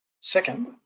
Second